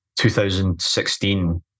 2016